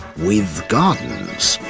with gardens.